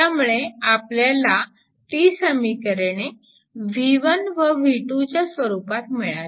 त्यामुळे आपल्याला ती समीकरणे V1 व V2 च्या स्वरूपात मिळाली